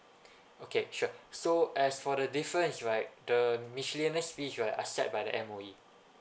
okay sure so as for the difference right the miscellaneous fess right are set by the M_O_E